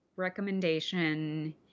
recommendation